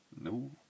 No